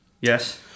Yes